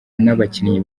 n’abakinnyi